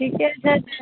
ठीके छै तऽ